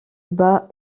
bas